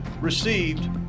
received